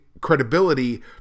credibility